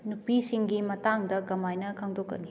ꯅꯨꯄꯤꯁꯤꯡꯒꯤ ꯃꯇꯥꯡꯗ ꯀꯃꯥꯏꯅ ꯈꯪꯗꯣꯛꯀꯅꯤ